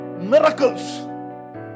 miracles